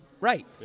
Right